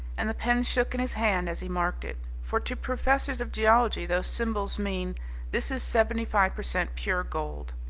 and the pen shook in his hand as he marked it. for to professors of geology those symbols mean this is seventy-five per cent pure gold.